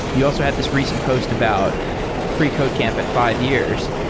you also had this recent post about freecodecamp at five years.